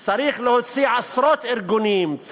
צריך להוציא עשרות ארגונים,